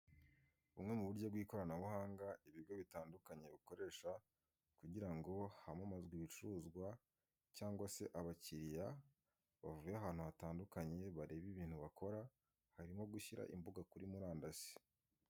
Bumwe mu buryo bw'ikoranabuhanga ibigo bitandukanye bikoresha kugira ngo hamamazwe ibicuruzwa cyangwa se abakiriya bavuye ahantu hatandukanye bareba ibintu bakora harimo gushyira imbuga kuri murandasi.